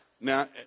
Now